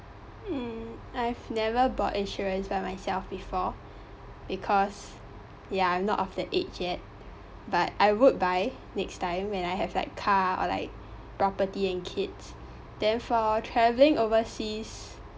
mm i've never bought insurance by myself before because ya i'm not of the age yet but I would buy next time when I have like car or like property and kids then for travelling overseas